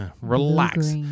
Relax